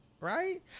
right